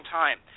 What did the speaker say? time